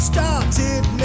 Started